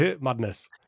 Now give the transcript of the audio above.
madness